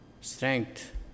strength